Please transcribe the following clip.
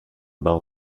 bar